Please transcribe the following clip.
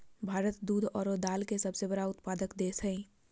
भारत दूध आरो दाल के सबसे बड़ा उत्पादक देश हइ